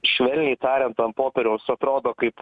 švelniai tariant ant popieriaus atrodo kaip